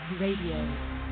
Radio